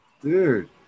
Dude